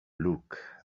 look